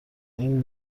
این